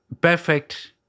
perfect